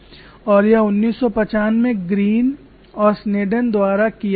और यह 1950 में ग्रीन और स्नेडन द्वारा किया गया था